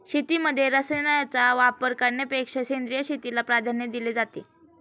शेतीमध्ये रसायनांचा वापर करण्यापेक्षा सेंद्रिय शेतीला प्राधान्य दिले जाते